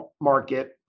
market